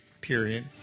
period